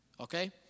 okay